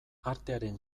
artearen